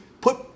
put